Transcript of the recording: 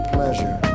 Pleasure